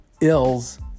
ills